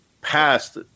passed –